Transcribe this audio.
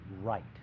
right